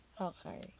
okay